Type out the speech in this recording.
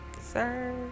Sir